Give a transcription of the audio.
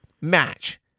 match